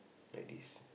like this